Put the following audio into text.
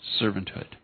servanthood